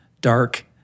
dark